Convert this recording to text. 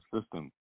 system